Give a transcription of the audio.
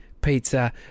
pizza